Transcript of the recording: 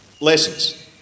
lessons